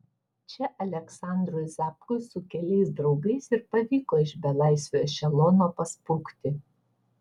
čia aleksandrui zapkui su keliais draugais ir pavyko iš belaisvių ešelono pasprukti